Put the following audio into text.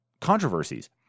controversies